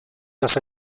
dass